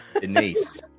denise